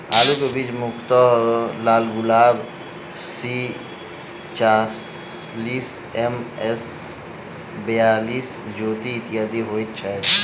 आलु केँ बीज मुख्यतः लालगुलाब, सी चालीस, एम.एस बयालिस, ज्योति, इत्यादि होए छैथ?